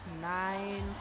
nine